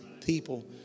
people